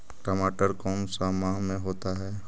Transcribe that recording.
टमाटर कौन सा माह में होता है?